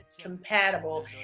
compatible